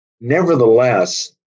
Nevertheless